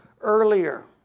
earlier